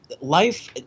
life